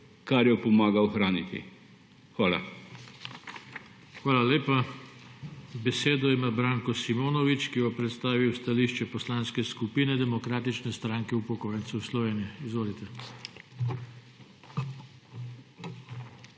kar jo pomaga ohraniti. Hvala. PODPREDSEDNIK JOŽE TANKO: Hvala lepa. Besedo ima Branko Simonovič, ki bo predstavil stališče Poslanske skupine Demokratične stranke upokojencev Slovenije. Izvolite.